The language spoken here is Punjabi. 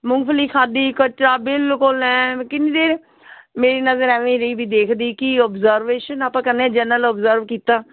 ਮੂੰਗਫਲੀ ਖਾਧੀ ਕਚਰਾ ਬਿਲਕੁਲ ਐਨ ਕਿੰਨੀ ਦੇਰ ਮੇਰੀ ਨਜ਼ਰ ਐਵੇਂ ਹੀ ਰਹੀ ਵੀ ਦੇਖਦੀ ਕੀ ਓਬਜਰਵੇਸ਼ਨ ਆਪਾਂ ਕਹਿੰਦੇ ਆ ਜਨਰਲ ਓਬਸਰਵ ਕੀਤਾ